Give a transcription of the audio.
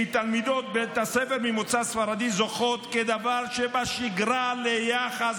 כי תלמידות בית הספר ממוצא ספרדי זוכות כדבר שבשגרה ליחס